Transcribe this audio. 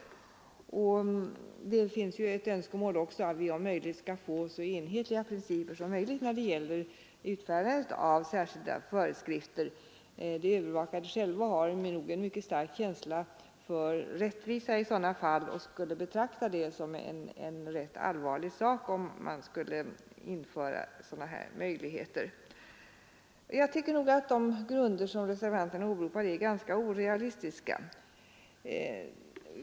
Det finns ju också ett önskemål att vi skall få så enhetliga principer som möjligt när det gäller utfärdandet av särskilda föreskrifter. De övervakade själva har nog en mycket stark känsla för rättvisa i sådana fall och skulle betrakta det som en rätt allvarlig sak, om man införde sådana här möjligheter. Jag tycker att de grunder som reservanterna åberopar är ganska orealistiska.